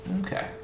Okay